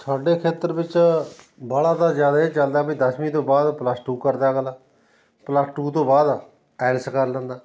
ਸਾਡੇ ਖੇਤਰ ਵਿੱਚ ਬਾਹਲਾ ਤਾਂ ਜ਼ਿਆਦਾ ਇਹ ਚੱਲਦਾ ਵੀ ਦਸਵੀਂ ਤੋਂ ਬਾਅਦ ਪਲੱਸ ਟੂ ਕਰਦਾ ਅਗਲਾ ਪਲੱਸ ਟੂ ਤੋਂ ਬਾਅਦ ਐਲਸ ਕਰ ਲੈਂਦਾ